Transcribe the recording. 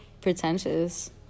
pretentious